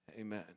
Amen